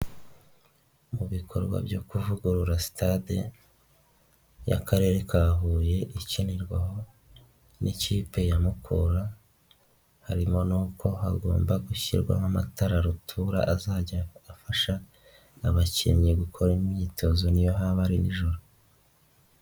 Mu bikorwa byo kuvugurura sitade y'Akarere ka Huye ikinirwaho n'ikipe ya Mkura harimo n'uko hagomba gushyirwaho amatara rutura azajya afasha abakinnyi gukora imyitozo n'iyo haba ari nijoro.